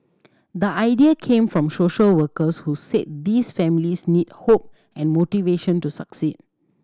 the idea came from social workers who said these families need hope and motivation to succeed